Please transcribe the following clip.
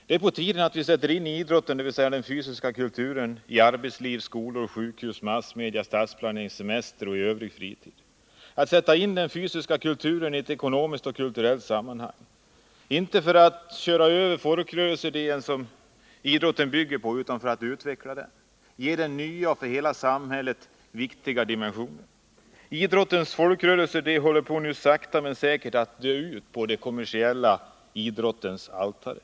Det är på tiden att vi sätter in idrotten, dvs. den fysiska kulturen, i arbetsliv, skolor, sjukhus, massmedia, stadsplanering, semester och övrig fritid, att vi sätter in den fysiska kulturen i ett ekonomiskt och kulturellt sammanhang -— inte för att köra över den folkrörelseidé som idrotten bygger på utan för att utveckla den och ge den nya och för samhället viktiga dimensioner. Idrottens folkrörelseidé håller nu sakta men säkert på att dö ut på den kommersiella idrottens altare.